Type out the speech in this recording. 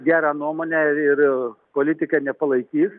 gerą nuomonę ir politikai nepalaikys